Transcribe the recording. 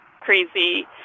crazy